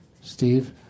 Steve